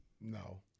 No